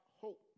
Hope